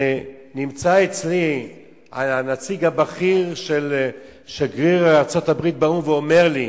ונמצא אצלי הנציג הבכיר של שגריר ארצות-הברית באו"ם ואומר לי: